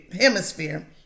Hemisphere